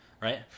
right